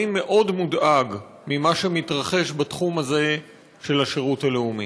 אני מאוד מודאג ממה שמתרחש בתחום הזה של השירות הלאומי.